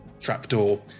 trapdoor